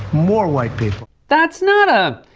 more white people. that's not a.